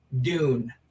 Dune